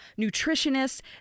nutritionists